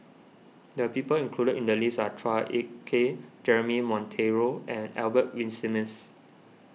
the people included in the list are Chua Ek Kay Jeremy Monteiro and Albert Winsemius